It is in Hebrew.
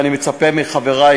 ואני מצפה מחברי,